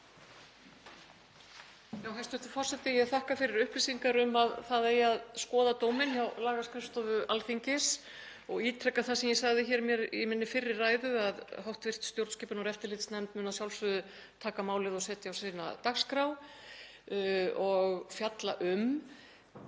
Hæstv. forseti. Ég þakka fyrir upplýsingar um að það eigi að skoða dóminn hjá lagaskrifstofu Alþingis og ítreka það sem ég sagði í minni fyrri ræðu, að hv. stjórnskipunar- og eftirlitsnefnd mun að sjálfsögðu taka málið og setja á sína dagskrá og fjalla um